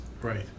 Right